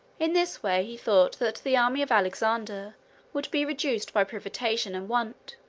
in this way he thought that the army of alexander would be reduced by privation and want,